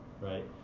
right